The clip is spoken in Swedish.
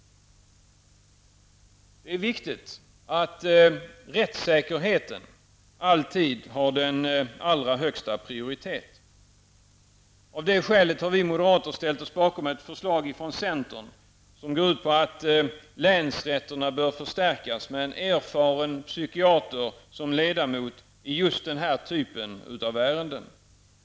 Det är viktigt att rättssäkerheten alltid har allra högsta prioritet. Av det skälet har vi moderater ställt oss bakom ett förslag från centern, som går ut på att länsrätterna bör förstärkas med en erfaren psykiater som ledamot i just den här typen av ärenden.